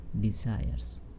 desires